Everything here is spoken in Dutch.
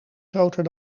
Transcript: groter